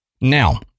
Now